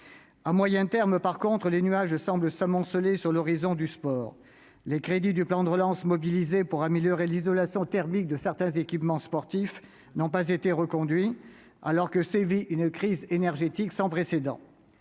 À moyen terme, en revanche, les nuages semblent s'amonceler sur l'horizon du sport. Les crédits du plan de relance mobilisés pour améliorer l'isolation thermique de certains équipements sportifs n'ont pas été reconduits, alors que sévit une crise énergétique sans précédent.